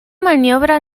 maniobra